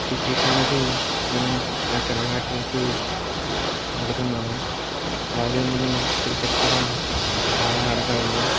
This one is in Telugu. క్రికెట్ అనేది నేను నా చిన్ననాటి నుంచి ఆడుతున్నాను అలాగే నేను క్రికెట్ కూడా బాగా ఆడగలను